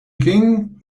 king